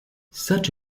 such